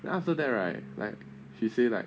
then after that right like he say like